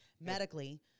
medically